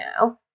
now